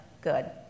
good